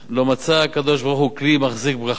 לא מצא הקדוש-ברוך-הוא כלי מחזיק ברכה